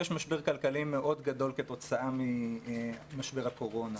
יש משבר כלכלי מאוד גדול כתוצאה ממשבר הקורונה.